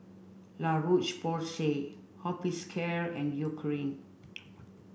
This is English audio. La Roche Porsay Hospicare and Eucerin